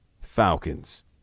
Falcons